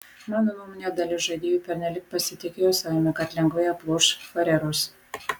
mano nuomone dalis žaidėjų pernelyg pasitikėjo savimi kad lengvai aploš farerus